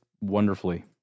wonderfully